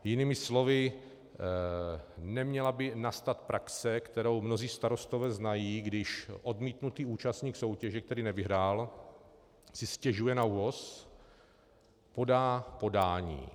Jinými slovy, neměla by nastat praxe, kterou mnozí starostové znají, když odmítnutý účastník soutěže, který nevyhrál, si stěžuje na ÚOHS, podá podání.